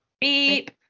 Beep